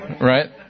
Right